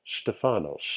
Stephanos